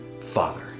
father